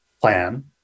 plan